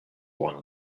one